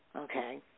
Okay